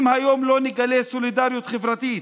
אם היום לא נגלה סולידריות חברתית,